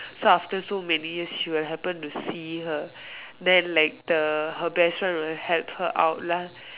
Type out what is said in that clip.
so after so many years she would happen to see her then like the her best friend will help her out lah